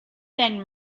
then